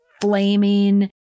flaming